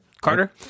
Carter